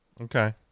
Okay